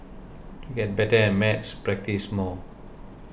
to get better at maths practise more